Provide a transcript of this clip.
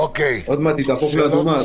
עוד מעט היא תהפוך לאדומה.